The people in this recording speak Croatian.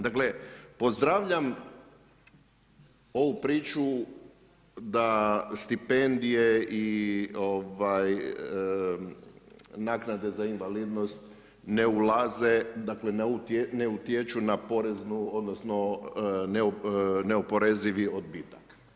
Dakle, pozdravljam ovu priču da stipendije i naknade za invalidnost ne ulaze, ne utječu na poreznu, odnosno, neoporezivi odbitak.